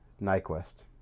Nyquist